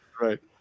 right